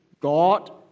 God